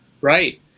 Right